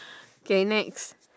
K next